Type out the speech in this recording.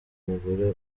umugore